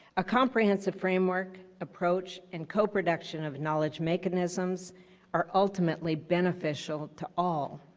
a comprehensive framework approach and coproduction of knowledge mechanisms are ultimately beneficial to all.